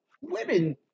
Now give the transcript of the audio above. women